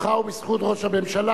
זה בזכותך ובזכות ראש הממשלה,